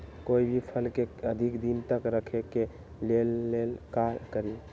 कोई भी फल के अधिक दिन तक रखे के ले ल का करी?